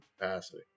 capacity